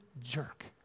jerk